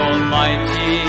Almighty